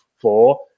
four